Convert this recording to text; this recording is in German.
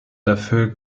dafür